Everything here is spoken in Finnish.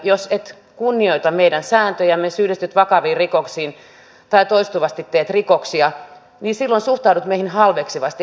jos et kunnioita meidän sääntöjämme syyllistyt vakaviin rikoksiin tai toistuvasti teet rikoksia niin silloin suhtaudut meihin halveksivasti